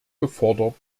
gefordert